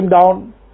down